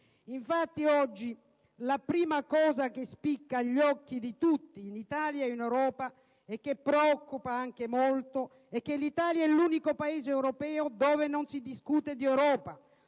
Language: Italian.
Infatti, oggi, la prima cosa che spicca agli occhi di tutti, in Italia e in Europa, e che preoccupa anche molto, è che l'Italia è l'unico Paese europeo dove non si discute di Europa,